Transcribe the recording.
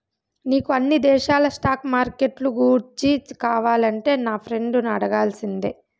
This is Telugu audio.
నీకు అన్ని దేశాల స్టాక్ మార్కెట్లు గూర్చి కావాలంటే నా ఫ్రెండును అడగాల్సిందే